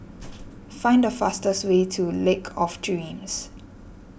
find the fastest way to Lake of Dreams